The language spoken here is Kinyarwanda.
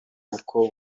uko